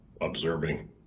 observing